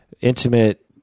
intimate